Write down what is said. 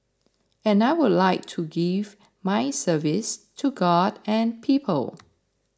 and I would like to give my service to god and people